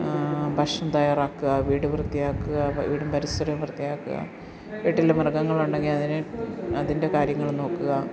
ഭക്ഷണം തയ്യാറാക്കുക വീട് വൃത്തിയാക്കുക വീടും പരിസരവും വൃത്തിയാക്കുക വീട്ടിൽ മൃഗങ്ങളുണ്ടെങ്കിൽ അതിനെ അതിൻ്റെ കാര്യങ്ങൾ നോക്കുക